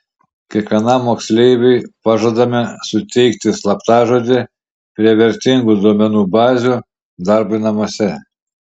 kiekvienam moksleiviui pažadame suteikti slaptažodį prie vertingų duomenų bazių darbui namuose